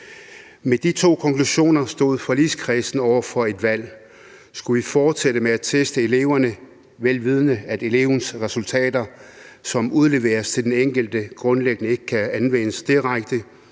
Med de to konklusioner stod forligskredsen over for et valg: Skulle vi fortsætte med at teste eleverne, vel vidende at elevens resultater, som udleveres til den enkelte, grundlæggende ikke kan anvendes direkte,